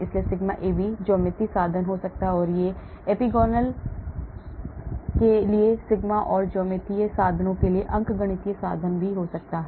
इसलिए sigma AB ज्यामितीय साधन हो सकता है या यह एपिगिलॉन के लिए सिग्मा और ज्यामितीय साधनों के लिए अंकगणितीय साधन भी हो सकता है